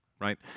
right